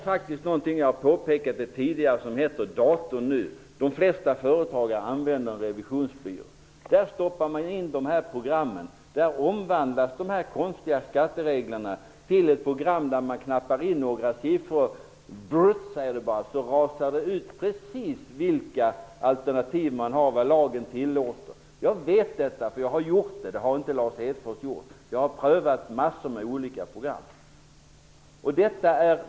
Jag har påpekat tidigare att man använder datorer. De flesta företagare vänder sig till en revisionsbyrå. Där används program. De konstiga skattereglerna omvandlas till ett program. Man knappar in några siffror, och sedan rasslar det ut uppgifter om vilka alternativ man har och vad lagen tillåter. Jag känner till detta. Jag har gjort så. Det har inte Lars Hedfors gjort. Jag har prövat mängder av olika program.